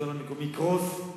והשלטון המקומי יקרוס.